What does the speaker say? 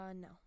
no